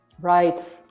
Right